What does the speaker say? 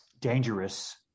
dangerous